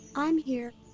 i'm here.